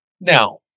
Now